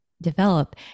develop